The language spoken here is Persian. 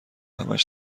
همش